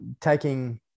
taking